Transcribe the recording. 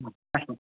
ह अशा